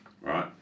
Right